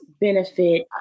benefit